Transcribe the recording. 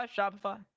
Shopify